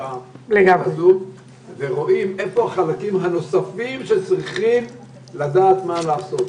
הפעילות ורואים איפה החלקים הנוספים שצריכים לדעת מה לעשות.